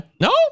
no